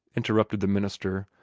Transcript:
interrupted the minister,